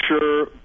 sure